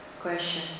question